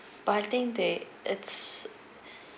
but I think they it's